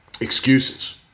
excuses